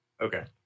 Okay